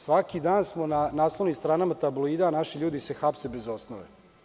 Svaki dan smo na naslovnim stranama tabloida, a naši ljudi se hapse bez osnove.